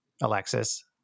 Alexis